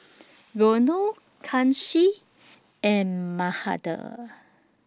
Renu Kanshi and Mahade